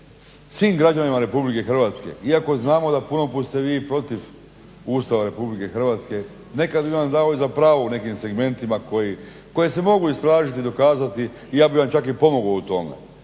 svim građanima RH iako znamo da puno put ste vi protiv Ustava RH. Nekad bi vam dao i za pravo u nekim segmentima koje se mogu istražiti, dokazati i ja bih vam čak i pomogao u tome.